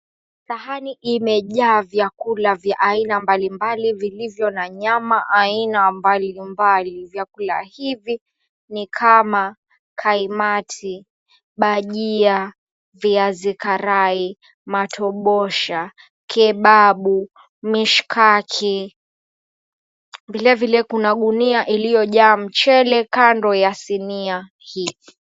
Sahani imejaa vyakula vya aina mbalimbali vilivyo na nyama aina mbalimbali vyakula hivi ni kama kaimati, bajia, viazi karai, matobosha, kebabu, mishikaki vilevile kuna gunia iliyojaa mchele kando ya sinia hii.